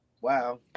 wow